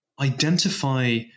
Identify